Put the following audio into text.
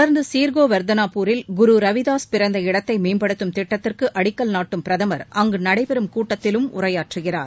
தொடர்ந்துசிர்கோவெர்தனாபூரில் குரு ரவிதாஸ் பிறந்த இடத்தைமேம்படுத்தும் திட்டத்திற்குஅடிக்கல் நாட்டும் பிரதமர் அங்குநடைபெறும் கூட்டத்திலும் உரையாற்றுகிறார்